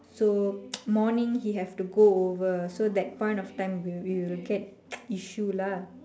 so morning he have to go over so that point of time we we will get issue lah